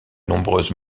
nombreuses